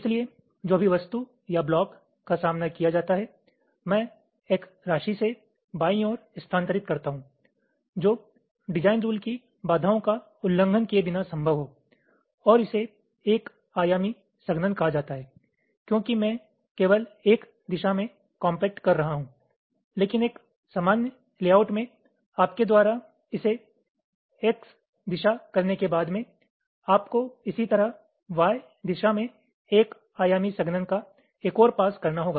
इसलिए जो भी वस्तु या ब्लॉक का सामना किया जाता है मैं एक राशि से बाईं ओर स्थानांतरित करता हूं जो डिजाइन रुल की बाधाओं का उल्लंघन किए बिना संभव हो और इसे 1 आयामी संघनन कहा जाता है क्योंकि मैं केवल 1 दिशा में कॉम्पैक्ट कर रहा हूं लेकिन एक सामान्य लेआउट में आपके द्वारा इसे x दिशा करने के बाद मे आपको इसी तरह y दिशा में 1 आयामी संघनन का एक और पास करना होगा